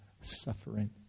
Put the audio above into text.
suffering